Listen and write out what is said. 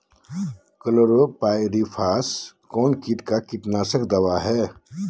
Chlorpyrifos कौन किट का कीटनाशक दवा है?